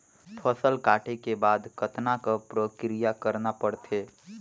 फसल काटे के बाद कतना क प्रक्रिया करना पड़थे?